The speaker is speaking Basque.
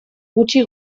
gutxi